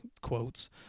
quotes